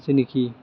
जेनेखि